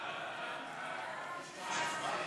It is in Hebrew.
ההצעה להעביר